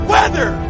Weather